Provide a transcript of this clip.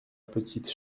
petite